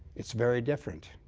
it's very different.